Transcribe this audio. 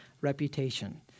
reputation